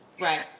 Right